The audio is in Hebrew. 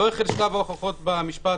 לא החל שלב ההוכחות במשפט,